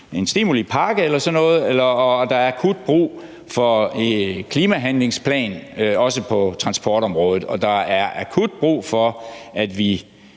en stimulipakke eller sådan noget, og der er akut brug for en klimahandlingsplan, også på transportområdet, og der er akut brug for, at vi